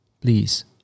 please